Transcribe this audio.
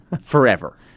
Forever